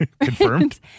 Confirmed